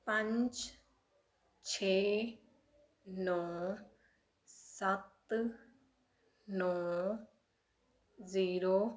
ਪੰਜ ਛੇ ਨੌਂ ਸੱਤ ਨੌਂ ਜ਼ੀਰੋ